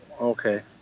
Okay